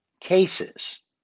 cases